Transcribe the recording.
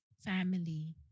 Family